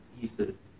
pieces